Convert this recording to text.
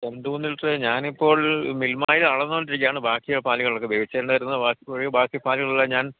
രണ്ട് മൂന്ന് ലിറ്റർ ഞാനിപ്പോൾ മിൽമായിൽ അളന്നുകൊണ്ടിരിക്കുകയാണ് ബാക്കി പാലുകൾ ഒക്കെ ബേബി ചേട്ടനായിരുന്നു ബാക്കി ബാക്കി പാലുകളെല്ലാം ഞാൻ